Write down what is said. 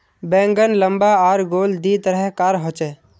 बैंगन लम्बा आर गोल दी तरह कार होचे